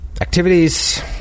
Activities